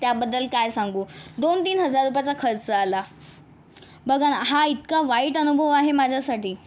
त्याबद्दल काय सांगू दोनतीन हजार रुपयाचा खर्च आला बघा ना हा इतका वाईट अनुभव आहे माझ्यासाठी